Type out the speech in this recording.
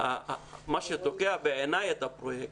מה שתוקע, בעיניי, את הפרויקט,